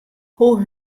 hoe